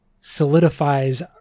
solidifies